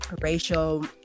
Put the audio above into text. racial